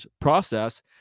process